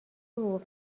حقوق